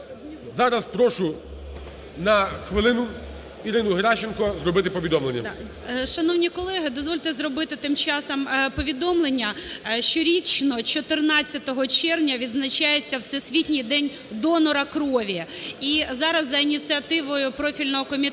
Зараз прошу на хвилину Ірину Геращенко зробити повідомлення. 10:53:56 ГЕРАЩЕНКО І.В. Шановні колеги, дозвольте зробити тим часом повідомлення. Щорічно 14 червня відзначається Всесвітній день донора крові. І зараз за ініціативою профільного Комітету